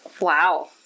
wow